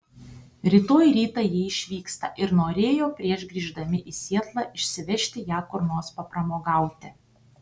rytoj rytą jie išvyksta ir norėjo prieš grįždami į sietlą išsivežti ją kur nors papramogauti